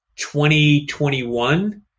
2021